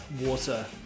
water